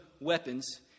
weapons